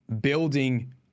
building